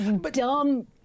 dumb